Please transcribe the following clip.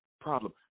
problem